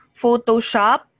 Photoshop